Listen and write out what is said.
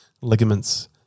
ligaments